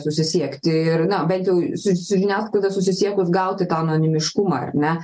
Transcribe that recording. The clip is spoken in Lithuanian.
susisiekti ir na bent jau su su žiniasklaida susisiekus gauti tą anonimiškumą ar ne